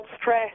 stress